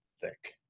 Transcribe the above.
thick